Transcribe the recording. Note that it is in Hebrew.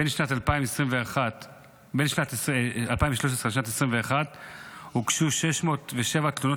בין שנת 2013 לשנת 2021 הוגשו 607 תלונות